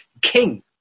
king